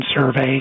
Surveys